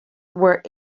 were